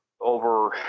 over